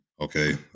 Okay